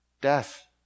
death